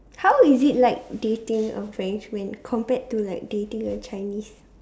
how is it like dating a French man compared to like dating a Chinese